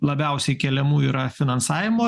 labiausiai keliamų yra finansavimo